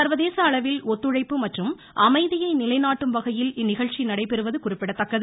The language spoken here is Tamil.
சர்வதேச அளவில் ஒத்துழைப்பு மற்றும் அமைதியை நிலைநாட்டும் வகையில் இந்நிகழ்ச்சி நடைபெறுவது குறிப்பிடத்தக்கது